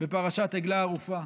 בפרשת עגלה ערופה.